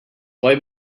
why